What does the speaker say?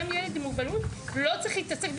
גם ילד עם מוגבלות לא צריך להתעסק בבירוקרטיה,